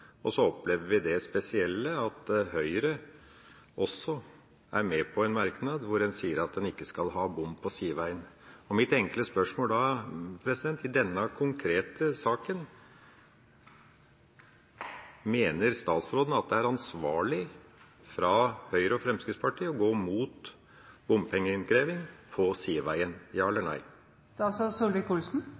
og så opplever vi det spesielle at Høyre også er med på en merknad hvor en sier at en ikke skal ha bom på sideveier. Mitt enkle spørsmål er: I denne konkrete saken mener statsråden at det er ansvarlig av Høyre og Fremskrittspartiet å gå mot bompengeinnkreving på sideveien?